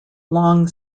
long